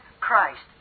Christ